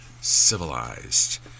civilized